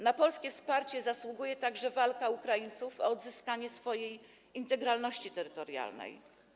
Na polskie wsparcie zasługuje także walka Ukraińców o odzyskanie swojej integralności terytorialnej.